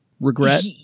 regret